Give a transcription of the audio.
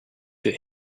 that